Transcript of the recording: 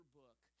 book